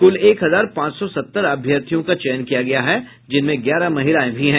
कुल एक हजार पांच सौ सत्तर अभ्यर्थियों का चयन किया गया है जिनमें ग्यारह महिलायें भी हैं